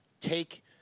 take